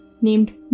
named